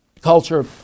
culture